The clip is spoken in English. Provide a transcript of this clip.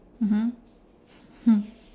mmhmm hmm